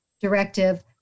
directive